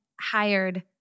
hired